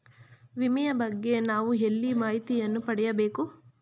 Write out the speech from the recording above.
ವಿಮೆಯ ಬಗ್ಗೆ ನಾವು ಎಲ್ಲಿ ಮಾಹಿತಿಯನ್ನು ಪಡೆಯಬೇಕು?